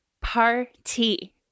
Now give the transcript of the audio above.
Party